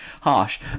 harsh